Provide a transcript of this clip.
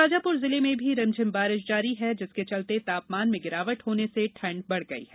शाजापुर जिले में भी रिमझिम बारिश जारी है जिसके चलते तापमान में गिरावट होने से ठंड बढ़ गयी है